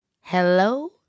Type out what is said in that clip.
Hello